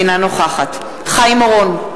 אינה נוכחת חיים אורון,